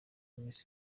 miss